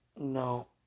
No